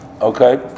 Okay